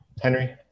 Henry